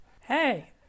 Hey